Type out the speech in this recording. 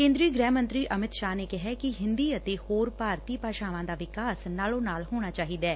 ਕੇਂਦਰੀ ਗ੍ਹਿ ਮੰਤਰੀ ਅਮਿਤ ਸ਼ਾਹ ਨੇ ਕਿਹੈ ਕਿ ਹਿੰਦੀ ਅਤੇ ਹੋਰ ਭਾਰਤੀ ਭਾਸ਼ਾਵਾਂ ਦਾ ਵਿਕਾਸ ਨਾਲੋਂ ਨਾਲ ਹੋਣਾ ਚਾਹੀਦੈ